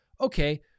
okay